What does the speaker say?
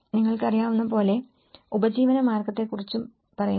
നിങ്ങൾക്ക് അറിയാവുന്ന പോലെ ഉപജീവനമാർഗത്തെക്കുറിച്ചും പറയുന്നു